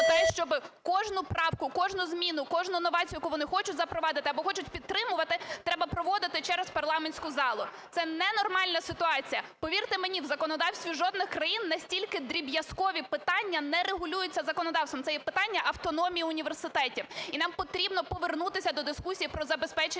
те, щоб кожну правку, кожну зміну, кожну новацію, яку вони хочуть запровадити або хочуть підтримувати, треба проводити через парламентську залу. Це ненормальна ситуація. Повірте мені, в законодавстві жодної з країн настільки дріб'язкові питання не регулюються законодавством. Це є питання автономії університетів. І нам потрібно повернутися до дискусії про забезпечення